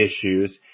issues